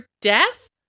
death